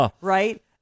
right